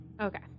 Okay